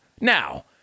Now